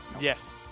Yes